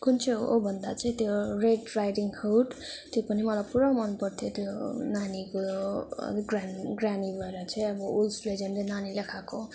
कुन चाहिँ हो भन्दा चाहिँ त्यो रेड राइडिङ हुड त्यो पनि मलाई पुरा मन पर्थ्यो त्यो नानीको ग्रान ग्रानी भएर चाहिँ अब उल्फले झन्डै नानीलाई खाएको